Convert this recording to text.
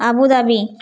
Abu Dhabi